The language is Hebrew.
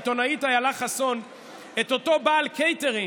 העיתונאית איילה חסון את אותו בעל קייטרינג: